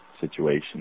situation